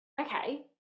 Okay